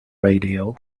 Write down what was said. radio